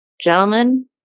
Gentlemen